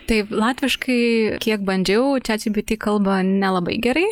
taip latviškai kiek bandžiau čiat džipiti kalba nelabai gerai